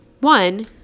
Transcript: One